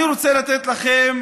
אני רוצה לתת לכם